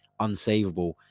unsavable